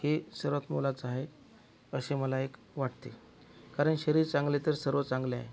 हे सर्वात मोलाचं आहे असे मला एक वाटते कारण शरीर चांगले तर सर्व चांगले आहे